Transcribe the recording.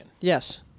Yes